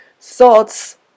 Thoughts